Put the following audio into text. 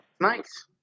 nice